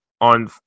on